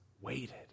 waited